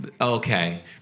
Okay